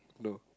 no